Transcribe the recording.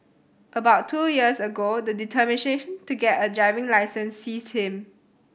about two years ago the determination to get a driving licence seized him